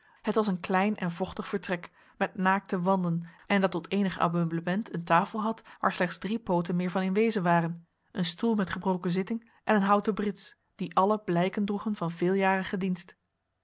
het was een klein en vochtig vertrek met naakte wanden en dat tot eenig ameublement een tafel had waar slechts drie pooten meer van in wezen waren een stoel met gebroken zitting en een houten brits die alle blijken droeg van veeljarigen dienst